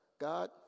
God